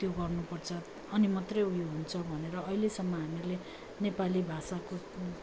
त्यो गर्नु पर्छ अनि मात्रै उयो हुन्छ भनेर अहिलेसम्म हामीले नेपाली भाषाको